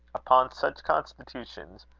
upon such constitutions,